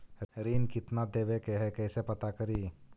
ऋण कितना देवे के है कैसे पता करी?